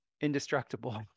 indestructible